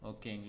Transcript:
Okay